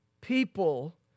people